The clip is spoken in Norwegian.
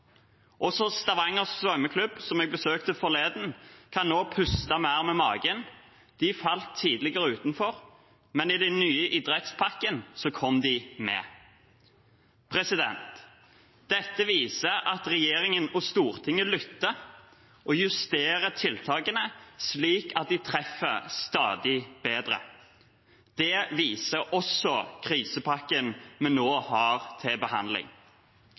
Også Stavanger Svømmeklubb, som jeg besøkte forleden, kan nå puste mer med magen. De falt tidligere utenfor, men i den nye idrettspakken kom de med. Dette viser at regjeringen og Stortinget lytter og justerer tiltakene slik at de treffer stadig bedre. Det viser også krisepakken vi nå har til behandling.